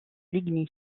ligny